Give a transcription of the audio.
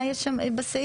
מה יש שם בסעיף?